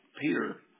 Peter